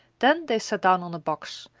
then they sat down on a box,